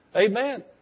Amen